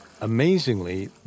Amazingly